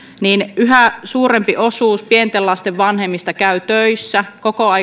niin yhä suurempi osuus pienten lasten vanhemmista käy töissä